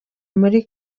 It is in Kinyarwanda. muri